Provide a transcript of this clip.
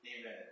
Amen